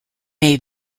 may